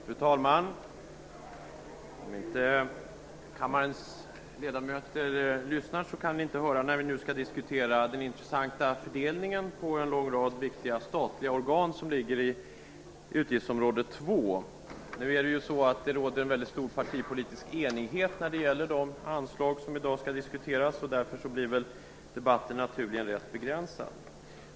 Fru talman! Vi skall nu diskutera den intressanta fördelningen av resurser till en lång rad viktiga statliga organ inom utgiftsområde 2. Det råder en mycket stor partipolitisk enighet om de anslag som i dag skall diskuteras, och därför blir debatten naturligen rätt begränsad.